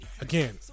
Again